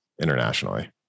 internationally